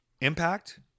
Impact